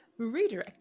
redirecting